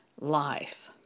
life